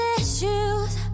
issues